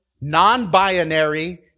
non-binary